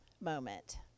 moment